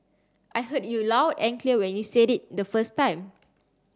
I heard you loud and clear when you said it the first time